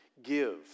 give